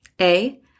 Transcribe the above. A-